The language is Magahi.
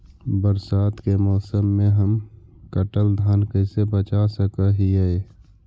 बरसात के मौसम में हम कटल धान कैसे बचा सक हिय?